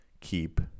keep